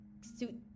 suit